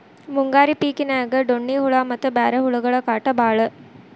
ಮುಂಗಾರಿ ಪಿಕಿನ್ಯಾಗ ಡೋಣ್ಣಿ ಹುಳಾ ಮತ್ತ ಬ್ಯಾರೆ ಹುಳಗಳ ಕಾಟ ಬಾಳ